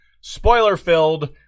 spoiler-filled